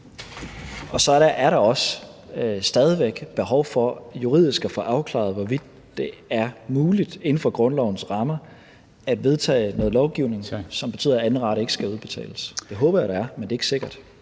Og så er der også stadig væk behov for juridisk at få afklaret, hvorvidt det er muligt inden for grundlovens rammer at vedtage noget lovgivning, som betyder, at anden rate ikke skal udbetales. Det håber jeg at der er, men det er ikke sikkert.